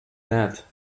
that